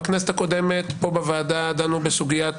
בכנסת הקודמת כאן בוועדה דנו בסוגיית